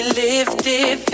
lifted